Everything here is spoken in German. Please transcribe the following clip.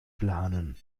planen